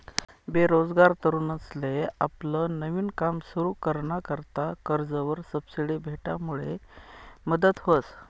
बेरोजगार तरुनसले आपलं नवीन काम सुरु कराना करता कर्जवर सबसिडी भेटामुडे मदत व्हस